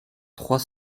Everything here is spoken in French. trois